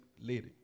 lady